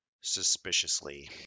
suspiciously